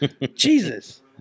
Jesus